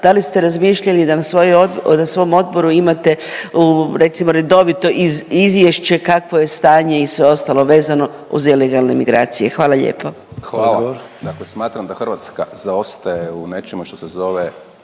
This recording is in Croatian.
da li ste razmišljali da na svom odboru imate, recimo, redovito izvješće kakvo je stanje i sve ostalo vezano uz ilegalne migracije. Hvala lijepo. **Sanader, Ante (HDZ)** Odgovor.